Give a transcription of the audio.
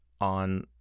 on